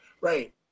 Right